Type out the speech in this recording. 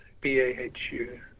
B-A-H-U